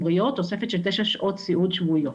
תוספת של תשע שעות סיעוד שבועיות.